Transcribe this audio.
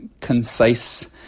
concise